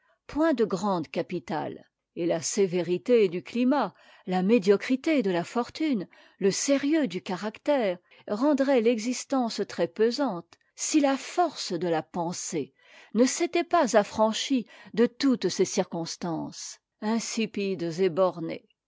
point de grande capitale et la sévérité du climat la médiocrité de la fortune le sérieux du caractère rendraient l'existence trèspesante si la force de la pensée ne s'était pas affranchie de toutes ces circonstances insipides et bornées